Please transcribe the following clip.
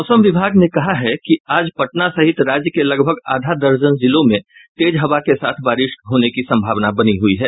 मौसम विभाग ने कहा है कि आज पटना सहित राज्य के लगभग आधा दर्जन जिलों में तेज हवा के साथ बारिश होने की संभावना बनी हयी है